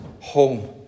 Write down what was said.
home